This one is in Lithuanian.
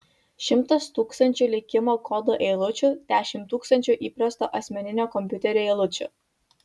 šimtas tūkstančių likimo kodo eilučių dešimt tūkstančių įprasto asmeninio kompiuterio eilučių